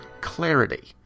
clarity